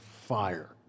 fire